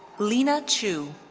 lena chu.